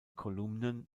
kolumnen